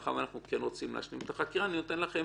מאחר ואנחנו כן רוצים להשלים את החקירה אני נותן לכם